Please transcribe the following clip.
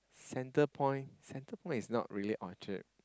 Center Point Center Point is not really Orchard